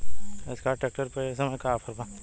Escort tractor पर ए समय का ऑफ़र बा?